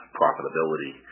profitability